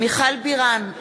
מיכל בירן,